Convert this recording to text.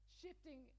shifting